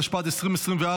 התשפ"ד 2024,